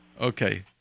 Okay